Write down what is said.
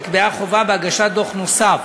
נקבעה חובה של הגשת דוח נוסף.